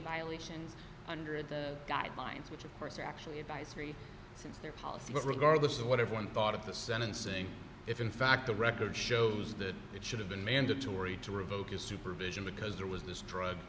violation under the guidelines which of course are actually advisory since their policy was regardless of what everyone thought of the sentencing if in fact the record shows that it should have been mandatory to revoke a supervision because there was this drug